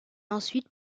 ensuite